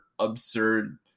absurd